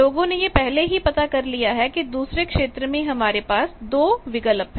लोगों ने यह पहले ही पता कर लिया है कि दूसरे क्षेत्र में हमारे पास दो विकल्प हैं